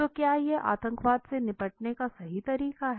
तो क्या यह आतंकवाद से निपटने का सही तरीका है